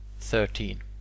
thirteen